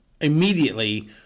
immediately